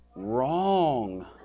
Wrong